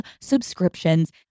subscriptions